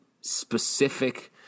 specific –